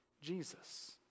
Jesus